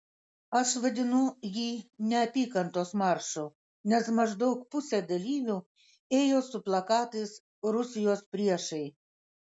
aš vadinu jį neapykantos maršu nes maždaug pusė dalyvių ėjo su plakatais rusijos priešai